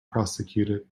prosecuted